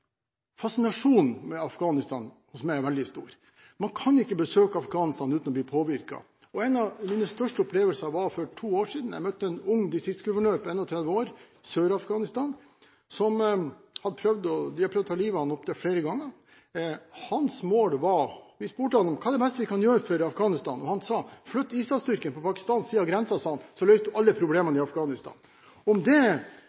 fascinasjonen med Afghanistan er veldig stor hos meg. Man kan ikke besøke Afghanistan uten å bli påvirket. En av mine største opplevelser var for to år siden. Jeg møtte en ung distriktsguvernør på 31 år fra Sør-Afghanistan. De hadde prøvd å ta livet av ham opptil flere ganger. Vi spurte han: Hva er det beste vi kan gjøre for Afghanistan? Han sa: Flytt ISAF-styrken over på pakistansk side av grensen, så løser dere alle problemene i Afghanistan. Om det